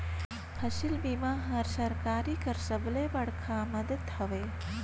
फसिल बीमा हर सरकार कर सबले बड़खा मदेत हवे